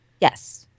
Yes